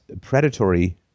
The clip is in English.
predatory